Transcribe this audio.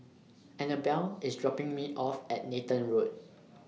Annabell IS dropping Me off At Nathan Road